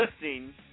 listening